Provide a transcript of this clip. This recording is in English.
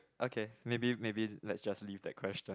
okay maybe maybe let's just leave that question